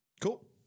Cool